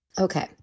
Okay